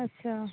अच्छा